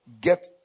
get